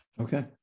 Okay